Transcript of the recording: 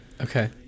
Okay